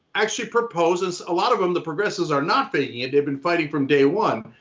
actually proposes a lot of them. the progressives are not faking it. they've been fighting from day one.